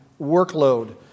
workload